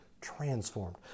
transformed